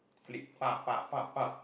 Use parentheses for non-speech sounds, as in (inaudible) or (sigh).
flick (noise)